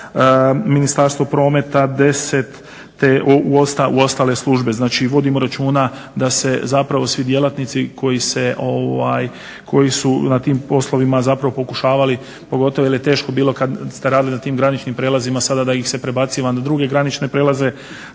Ministarstvo prometa 10 te u ostale službe. Znači vodimo računa da se svi djelatnici koji su na tim poslovima pokušavali pogotovo jel je bilo teško kada ste radili na tim graničnim prijelazima sada da ih se prebaciva na druge granične prelaze